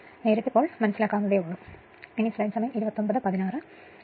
നേരിട്ട് ഇപ്പോൾ ഇത് മനസ്സിലാക്കാവുന്നതേയുള്ളൂ അതിനാൽ നമ്മൾ നേരിട്ട് എഴുതുകയാണ്